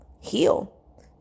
heal